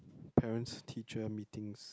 parent teacher meeting